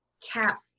tap